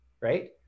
right